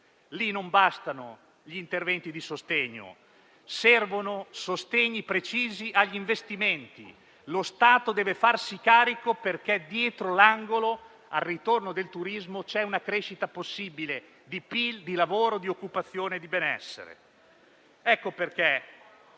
Lì non bastano gli interventi di sostegno; servono sostegni precisi agli investimenti e lo Stato deve farsene carico perché, dietro l'angolo, con la ripresa del turismo c'è una crescita possibile di PIL, di lavoro, di occupazione, di benessere. È per